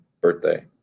birthday